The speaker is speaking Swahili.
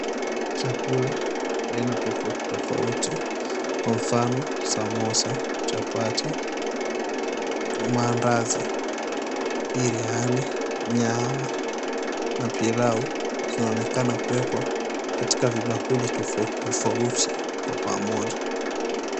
Chakula aina tofauti tofauti kwa mfano samosa, chapati, maandazi, biriani, nyama na pilau zinaonekana kuwekwa katika vibakuli tofauti tofauti kwa pamoja.